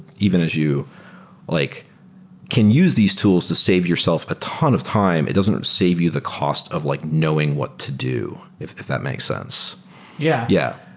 even as you like can use these tools to save yourself a ton of time, it doesn't save you the cost of like knowing what to do, if if that makes sense yeah yeah.